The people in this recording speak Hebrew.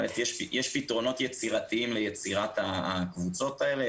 יש פתרונות יצירתיים ליצירת הקבוצות האלה,